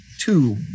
Two